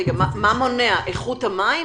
מה מונע, איכות המים?